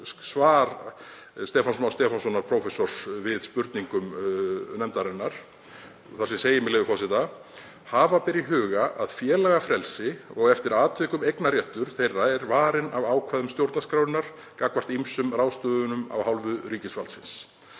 svar Stefáns Más Stefánssonar prófessors við spurningum nefndarinnar þar sem segir, með leyfi forseta: „Hafa ber í huga að félagafrelsi og eftir atvikum eignarréttur þeirra er varinn af ákvæðum stjórnarskrárinnar gagnvart ýmsum ráðstöfunum af hálfu ríkisvaldsins,